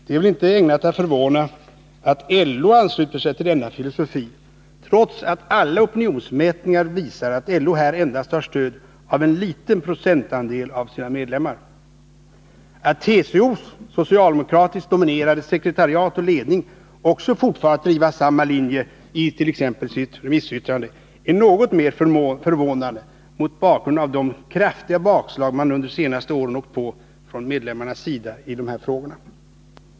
Det är väl inte ägnat att förvåna att LO ansluter sig till denna filosofi, trots att alla opinionsmätningar visar att LO här endast har stöd av en liten procentandel av sina medlemmar. Att TCO:s socialdemokratiskt dominerade sekretariat och ledning också fortfar att driva samma linje i t.ex. sitt remissyttrande är något mer förvånande mot bakgrund av de kraftiga bakslag man under de senaste åren åkt på från medlemmarnas sida i dessa frågor.